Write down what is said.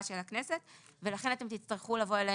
של הכנסת." זה בעצם החלק של השתתפות המדינה,